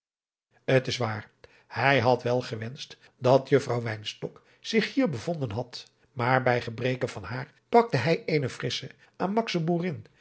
t is waar hij had wel gewenscht dat juffrouw wynstok zich hier bevonden had maar bij gebreke van haar pakte hij eene frissche